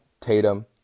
Tatum